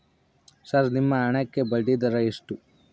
Sir ನಿಮ್ಮ ಹಣಕ್ಕೆ ಬಡ್ಡಿದರ ಎಷ್ಟು?